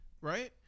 Right